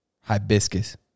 Hibiscus